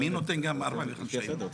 מי נותן אחרי 45 יום?